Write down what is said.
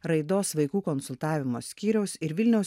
raidos vaikų konsultavimo skyriaus ir vilniaus